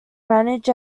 managed